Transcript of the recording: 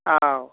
औ